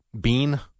Bean